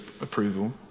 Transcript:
approval